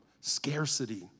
scarcity